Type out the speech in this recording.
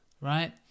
right